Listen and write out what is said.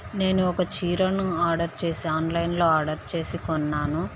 నేను ఒక చీరను ఆర్డర్ చేసి ఆన్లైన్లో ఆర్డర్ చేసి కొన్నాను